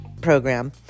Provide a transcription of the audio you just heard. program